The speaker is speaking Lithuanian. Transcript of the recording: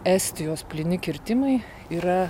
estijos plyni kirtimai yra